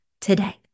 today